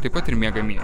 taip pat ir miegamieji